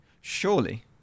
surely